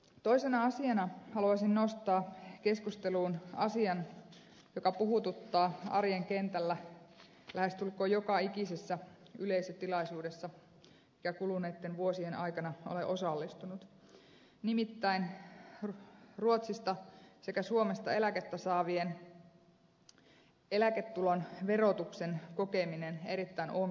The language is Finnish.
toisena asiana haluaisin nostaa keskusteluun asian joka puhututtaa arjen kentällä lähestulkoon joka ikisessä yleisötilaisuudessa johon kuluneitten vuosien aikana olen osallistunut nimittäin ruotsista sekä suomesta eläkettä saavien eläketulon verotuksen kokemisen erittäin ongelmalliseksi